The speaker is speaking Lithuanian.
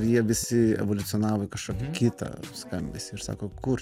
jie visi evoliucionavo į kažkokį kitą skambesį ir sako kur